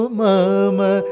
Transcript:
mama